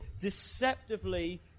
deceptively